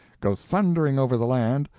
go thundering over the land,